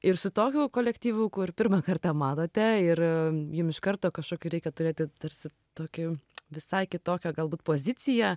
ir su tokiu kolektyvu kur pirmą kartą matote ir jum iš karto kažkokį reikia turėti tarsi tokį visai kitokią galbūt poziciją